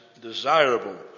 desirable